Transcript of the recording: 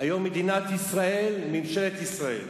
היום מדינת ישראל וממשלת ישראל